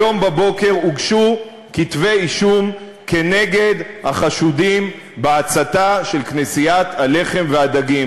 היום בבוקר הוגשו כתבי-אישום נגד החשודים בהצתה של כנסיית הלחם והדגים.